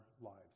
lives